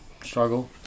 struggle